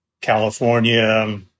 California